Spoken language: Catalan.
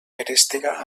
feréstega